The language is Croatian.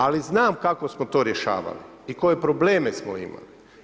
Ali, znam kako smo to rješavali i koje probleme smo imali.